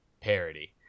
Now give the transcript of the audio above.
parody